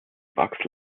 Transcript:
bucks